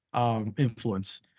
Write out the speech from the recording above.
Influence